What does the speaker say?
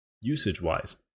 usage-wise